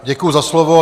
Děkuji za slovo.